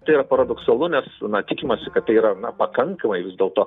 tai yra paradoksalu nes na tikimasi kad tai yra na pakankamai vis dėlto